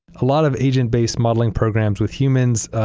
a lot of agent-based modelling programs with humans